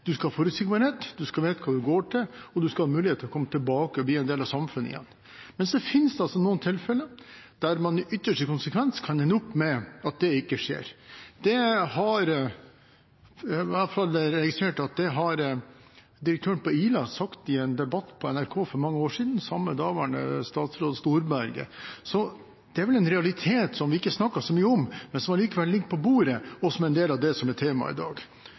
skal ha forutsigbarhet, man skal vite hva man går til, og man skal ha mulighet til å komme tilbake og bli en del av samfunnet igjen. Men så finnes det altså noen tilfeller der man i ytterste konsekvens kan ende opp med at det ikke skjer. I hvert fall jeg har registrert at det har direktøren på Ila sagt i en debatt med daværende statsråd Storberget i NRK for mange år siden. Det er vel en realitet som vi ikke snakker så mye om, men som allikevel ligger på bordet, og som er en del av det som er temaet i dag. Jeg tror at det man diskuterer nå og gjør i dag